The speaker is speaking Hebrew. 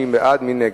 מי בעד, מי נגד?